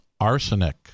arsenic